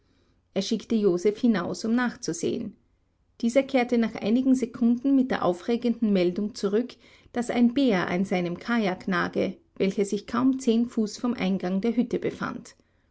er schickte joseph hinaus um nachzusehen dieser kehrte nach einigen sekunden mit der aufregenden meldung zurück daß ein bär an seinem kajak nage welcher sich kaum zehn fuß vom eingang der hütte befand